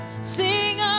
sing